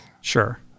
Sure